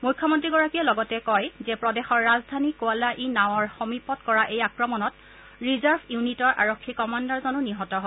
মুখপাত্ৰগৰাকীয়ে লগতে কয় যে প্ৰদেশৰ ৰাজধানী কোৱালা ই নাৱৰ সমীপত কৰা এই আক্ৰমণত ৰিজাৰ্ভ ইউনিটৰ আৰক্ষী কমাণ্ডাৰজনো নিহত হয়